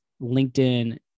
LinkedIn